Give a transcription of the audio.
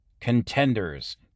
Contenders